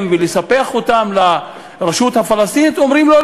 ולספח אותם לרשות הפלסטינית הם דווקא אומרים: לא,